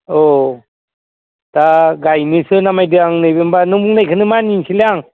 औ दा गायनोसो नायदों आं नैखो होमबा नों बुंनायखौनो मानिनोसैलै आं